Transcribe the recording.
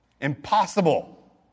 Impossible